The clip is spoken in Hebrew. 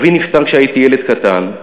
אבי נפטר כשהייתי ילד קטן,